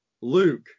Luke